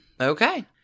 Okay